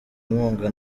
inkunga